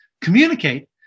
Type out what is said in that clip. communicate